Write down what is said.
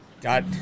got